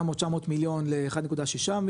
מה-800, 900 מיליון, ל-1.5,